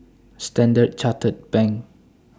Standard Chartered Bank